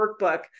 workbook